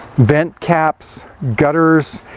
vent caps, gutters,